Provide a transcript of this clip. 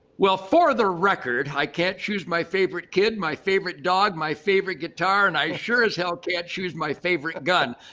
well, for the record, i can't choose my favorite kid, my favorite dog, my favorite guitar, and i sure as hell can't choose my favorite gun.